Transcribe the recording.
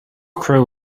crew